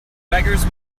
beggars